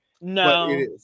No